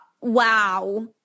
Wow